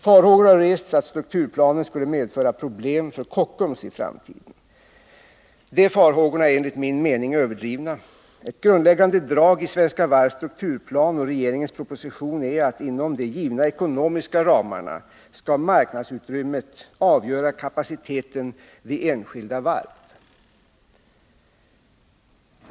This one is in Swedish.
Farhågor har rests för att strukturplanen skulle medföra problem för Kockums i framtiden. De farhågorna är enligt min mening överdrivna. Ett grundläggande drag i Svenska Varvs strukturplan och regeringens proposi tion är att inom de givna ekonomiska ramarna skall marknadsutrymmet avgöra kapaciteten vid enskilda varv.